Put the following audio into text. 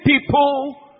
people